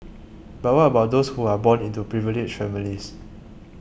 but what about those who are born into privileged families